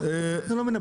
אנחנו לא מנפחים.